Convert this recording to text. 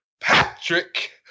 Patrick